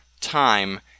time